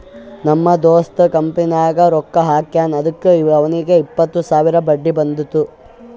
ನಮ್ ದೋಸ್ತ ಕಂಪನಿನಾಗ್ ರೊಕ್ಕಾ ಹಾಕ್ಯಾನ್ ಅದುಕ್ಕ ಅವ್ನಿಗ್ ಎಪ್ಪತ್ತು ಸಾವಿರ ಬಡ್ಡಿ ಬಂದುದ್